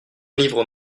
livres